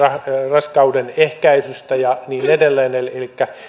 raskauden ehkäisystä ja niin edelleen elikkä